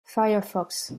firefox